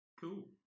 Cool